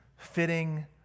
Fitting